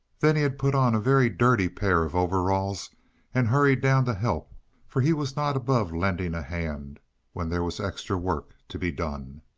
then he had put on a very dirty pair of overalls and hurried down to help for he was not above lending a hand when there was extra work to be done.